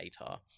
ATAR